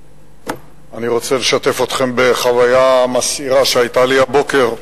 אני רוצה לשתף אתכם בחוויה מסעירה שהיתה לי הבוקר.